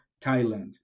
Thailand